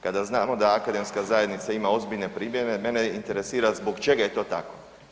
Kada znamo da Akademska zajednica ima ozbiljne primjedbe, mene interesira zbog čega je to tako?